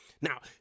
Now